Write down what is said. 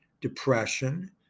depression